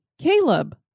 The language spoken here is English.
Caleb